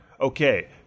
Okay